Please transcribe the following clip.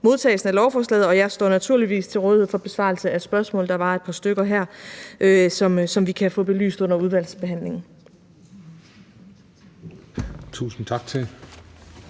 i hvert fald sige. Jeg står naturligvis til rådighed for besvarelse af spørgsmål – der var et par stykker her, som vi kan få belyst under udvalgsbehandlingen. Kl.